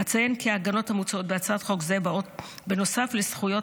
אציין כי ההגנות המוצעות בהצעת החוק זו באות בנוסף לזכויות